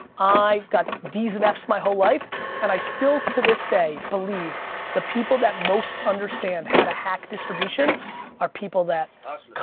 i got d's and f's my whole life and i still, to this day, believe the people that most understand how to hack distribution are people that